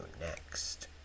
next